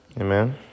Amen